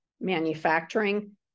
manufacturing